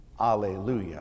Alleluia